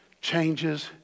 changes